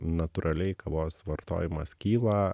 natūraliai kavos vartojimas kyla